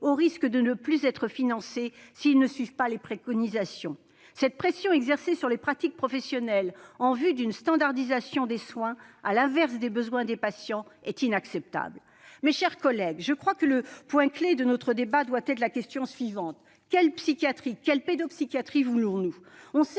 le risque étant de ne plus être financés s'ils ne suivent pas les préconisations. Cette pression exercée sur les pratiques professionnelles en vue d'une standardisation des soins, contraire aux besoins des patients, est inacceptable. Mes chers collègues, la question au coeur de nos débats doit être la suivante : quelle psychiatrie, quelle pédopsychiatrie voulons-nous ?